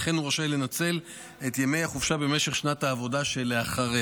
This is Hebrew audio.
וכן הוא רשאי לנצל את ימי החופשה במשך שנת העבודה שאחריה.